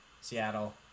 Seattle